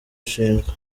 ashinjwa